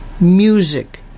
music